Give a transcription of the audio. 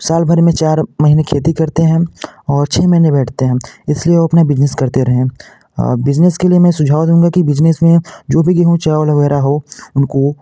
साल भर में चार महीने खेती करते हैं और छ महीने बैठते हैं इसलिए वो अपने बिजनेस करते रहें बिज़नेस के लिए मैं सुझाव दूँगा कि बिजनेस में जो भी गेहूँ चावल वगैरह हो उनको